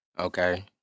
Okay